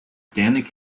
standing